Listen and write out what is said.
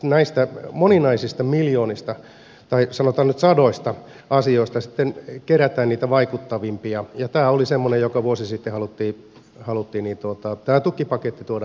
näistä moninaisista miljoonista tai sanotaan nyt sadoista asioista sitten kerätään niitä vaikuttavimpia ja tämä tukipaketti oli semmoinen jonka me vuosi sitten halusimme tuoda meidän varjobudjettiimme